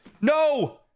No